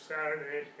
Saturday